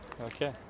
Okay